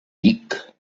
dic